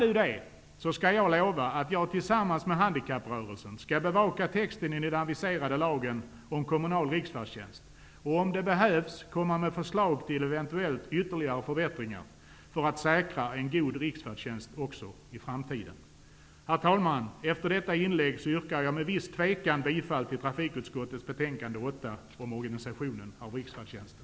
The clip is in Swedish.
Om Lars Svensk kan det, lovar jag att jag tillsammans med handikapprörelsen skall bevaka texten i den aviserade lagen om kommunal riksfärdtjänst och om det behövs komma med förslag till eventuellt ytterligare förbättringar för att säkra en god riksfärdtjänst också i framtiden. Herr talman! Efter detta inlägg yrkar jag med viss tvekan bifall till hemställan i trafikutskottets betänkande nr 8 om organisationen av riksfärdtjänsten.